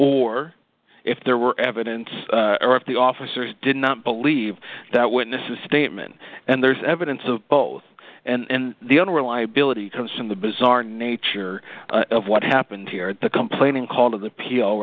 or if there were evidence or if the officers did not believe that witness's statement and there's evidence of both and the unreliability comes in the bizarre nature of what happened here at the complaining called of the p